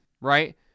right